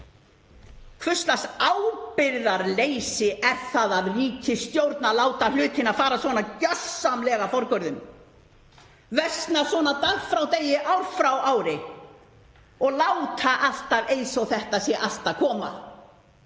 Hvers lags ábyrgðarleysi er það af ríkisstjórn að láta hlutina fara svona gjörsamlega forgörðum, versna svona dag frá degi, ár frá ári og láta alltaf eins og þetta sé allt að koma?